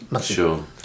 Sure